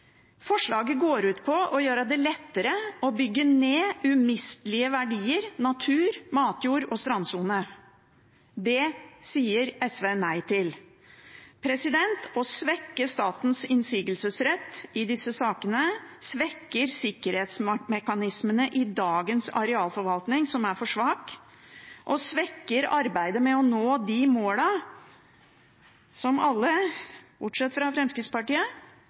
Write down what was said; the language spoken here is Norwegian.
Forslaget går ut på å gjøre det lettere å bygge ned umistelige verdier, natur, matjord og strandsone. Det sier SV nei til. Å svekke statens innsigelsesrett i disse sakene svekker sikkerhetsmekanismene i dagens arealforvaltning – som er for svak – og det svekker arbeidet med å nå de målene som alle, bortsett fra Fremskrittspartiet,